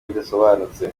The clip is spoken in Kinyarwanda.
bidasobanutse